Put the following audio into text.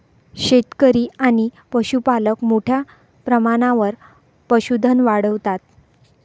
शेतकरी आणि पशुपालक मोठ्या प्रमाणावर पशुधन वाढवतात